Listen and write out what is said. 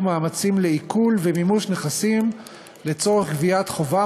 מאמצים לעיקול ומימוש נכסים לצורך גביית חובם,